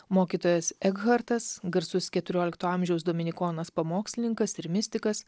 mokytojas ekhartas garsus keturiolikto amžiaus dominikonas pamokslininkas ir mistikas